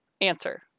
Answer